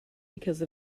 because